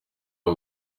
ari